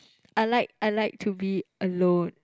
I like I like to be alone